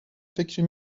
فکری